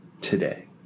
today